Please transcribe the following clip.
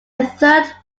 third